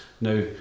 now